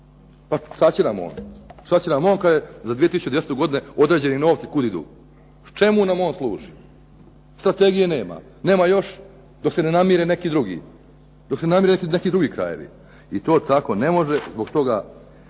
Pa šta će nam on? Šta će nam on kad je za 2010. određeni novci kud idu. Čemu nam on služi? Strategije nema. Nema još dok se ne namire neki drugi, dok se ne namire neki drugi krajevi. I to tako ne može i zbog toga